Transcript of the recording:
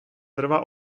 trvá